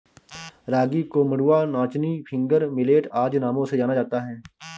रागी को मंडुआ नाचनी फिंगर मिलेट आदि नामों से जाना जाता है